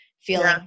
feeling